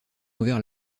envers